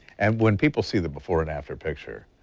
and when people see the before and after picture,